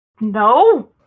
No